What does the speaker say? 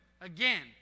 Again